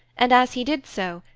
and, as he did so,